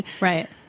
Right